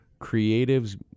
creatives